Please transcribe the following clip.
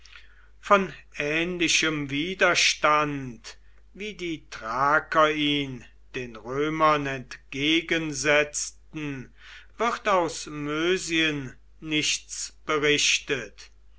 von ähnlichem widerstand wie die thraker ihn den römern entgegensetzten wird aus mösien nichts berichtet